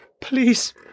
Please